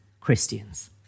Christians